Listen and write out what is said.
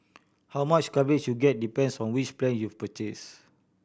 how much coverage you get depends on which plan you've purchased